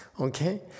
Okay